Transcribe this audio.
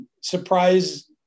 Surprise